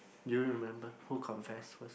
do you remember who confess first